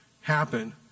happen